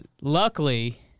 luckily